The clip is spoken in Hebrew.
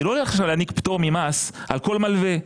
אני לא הולך עכשיו להעניק פטור ממס על כל מלווה.